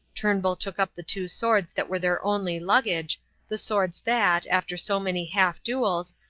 turnbull took up the two swords that were their only luggage the swords that, after so many half duels,